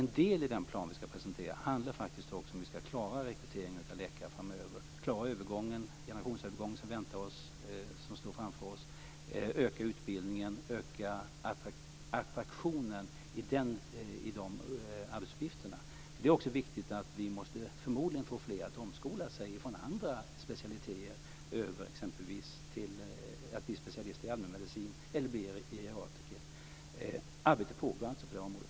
En del i den plan vi ska presentera handlar faktiskt också om hur vi ska klara rekryteringen av läkare framöver, klara den generationsövergång som står framför oss, öka utbildningen och öka attraktionen i dessa arbetsuppgifter. Det är också viktigt att vi förmodligen måste få fler att omskola sig från andra specialiteter till exempelvis att bli specialister i allmänmedicin eller att bli geriatriker. Arbetet pågår alltså på det området.